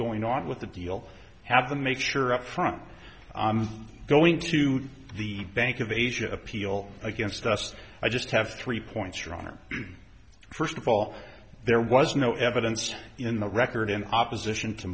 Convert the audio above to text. going on with the deal have them make sure up front going to the bank of asia appeal against us i just have three points your honor first of all there was no evidence in the record in opposition to